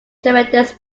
tremendous